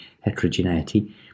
heterogeneity